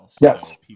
Yes